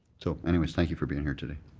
so anyway, thank you for being here today.